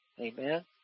Amen